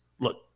look